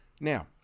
Now